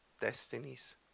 destinies